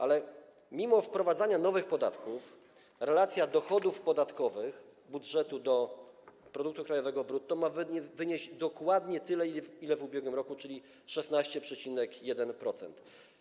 Ale mimo wprowadzania nowych podatków relacja dochodów podatkowych budżetu do produktu krajowego brutto ma wynieść dokładnie tyle, ile w ubiegłym roku, czyli 16,1%.